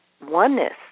oneness